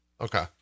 okay